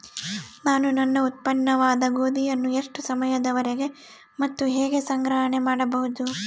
ನಾನು ನನ್ನ ಉತ್ಪನ್ನವಾದ ಗೋಧಿಯನ್ನು ಎಷ್ಟು ಸಮಯದವರೆಗೆ ಮತ್ತು ಹೇಗೆ ಸಂಗ್ರಹಣೆ ಮಾಡಬಹುದು?